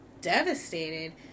devastated